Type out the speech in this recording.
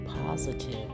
positive